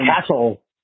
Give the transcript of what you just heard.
Castle